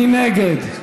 מי נגד?